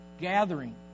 gathering